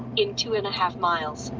in two and a half miles,